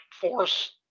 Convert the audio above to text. force